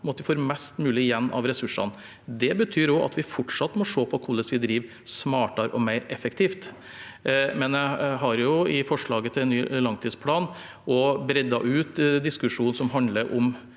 at vi får mest mulig igjen av ressursene. Det betyr også at vi fortsatt må se på hvordan vi driver smartere og mer effektivt. Men i forslaget til ny langtidsplan har jeg også bredt ut diskusjonen som handler om